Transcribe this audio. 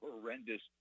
horrendous